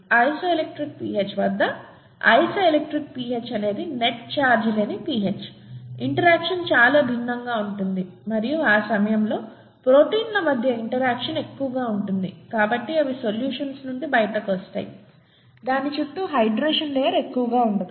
isoelectric pH వద్ద isoelectric pH అనేది net charge లేని pH ఇంటరాక్షన్ చాలా భిన్నంగా ఉంటుంది మరియు ఆ సమయంలో ప్రోటీన్ల మధ్య ఇంటరాక్షన్ ఎక్కువగా ఉంటుంది కాబట్టి అవి సోలుషన్స్ నుండి బయటకు వస్తాయి దాని చుట్టూ హైడ్రేషన్ లేయర్ ఎక్కువగా ఉండదు